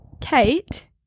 Kate